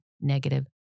negative